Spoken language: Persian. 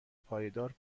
پایدار